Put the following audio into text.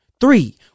Three